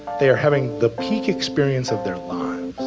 they are having the peak experience of their lives,